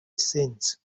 since